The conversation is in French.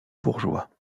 bourgeois